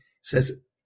says